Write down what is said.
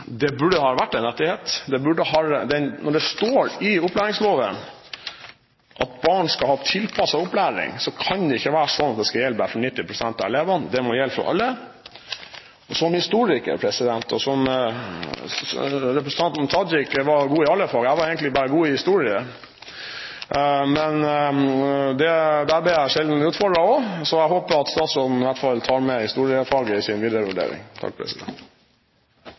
Når det står i opplæringsloven at barn skal ha tilpasset opplæring, kan det ikke være sånn at det skal gjelde bare for 90 pst. av elevene. Det må gjelde for alle. Som historiker – representanten Tajik var god i alle fag, jeg var egentlig bare god i historie, og der ble jeg sjelden utfordret – håper jeg at statsråden i hvert fall tar med historiefaget i sin videre vurdering.